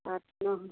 आठ नौ